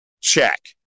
check